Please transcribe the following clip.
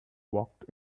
walked